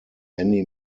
many